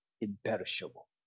imperishable